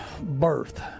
birth